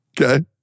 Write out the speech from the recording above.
Okay